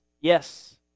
yes